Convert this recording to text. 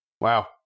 Wow